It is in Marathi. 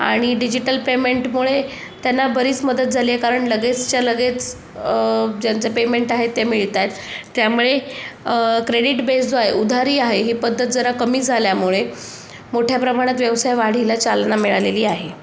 आणि डिजिटल पेमेंटमुळे त्यांना बरीच मदत झाली आहे कारण लगेचच्या लगेच ज्यांचं पेमेंट आहे ते मिळत आहेत त्यामुळे क्रेडीट बेस जो आहे उधारी आहे ही पद्धत जरा कमी झाल्यामुळे मोठ्या प्रमाणात व्यवसाय वाढीला चालना मिळालेली आहे